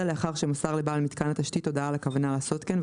אלא לאחר שמסר לבעל מיתקן התשתית הודעה על הכוונה לעשות כן,